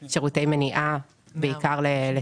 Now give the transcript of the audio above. המשנה ליועצת המשפטית קבע כי יש לפרש את המונח